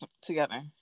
together